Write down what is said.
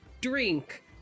drink